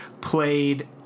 played